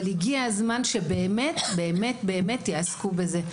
אבל הגיע הזמן שבאמת יעסקו בזה.